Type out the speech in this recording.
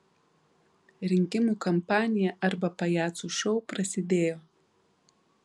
rinkimų kampanija arba pajacų šou prasidėjo